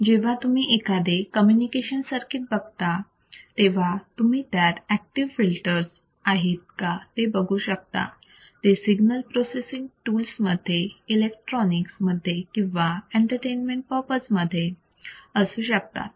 जेव्हा तुम्ही एखादे कम्युनिकेशन सर्किट बघता तेव्हा तुम्ही त्यात ऍक्टिव्ह फिल्टर्स आहेत का ते बघू शकता ते सिग्नल प्रोसेसिंग टूल्स मध्ये इलेक्ट्रॉनिक्स मध्ये किंवा एंटरटेनमेंट पर्पजमध्ये असू शकतात